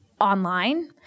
online